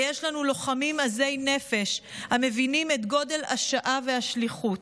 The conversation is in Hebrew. ויש לנו לוחמים עזי נפש המבינים את גודל השעה והשליחות.